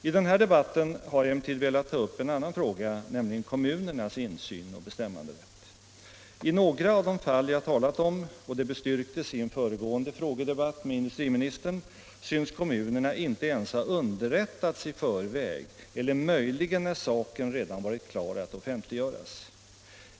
I den här debatten har jag emellertid velat ta upp en annan fråga, nämligen kommunernas insyn och bestämmanderätt. I några av de fall jag talat om — det bestyrktes i en föregående debatt med industriministern — syns kommunerna inte ens ha underrättats i förväg eller möjligen när saken redan varit klar att offentliggöras.